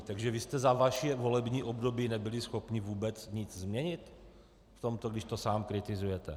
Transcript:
Takže vy jste za vaše volební období nebyli schopni vůbec nic změnit v tomto, když to sám kritizujete?